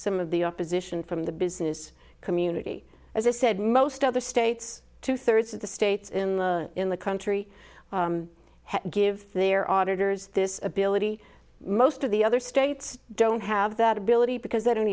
some of the opposition from the business community as i said most other states two thirds of the states in the country give their auditors this ability most of the other states don't have that ability because they don't